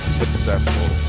successful